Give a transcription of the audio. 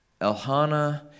Elhana